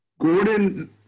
Gordon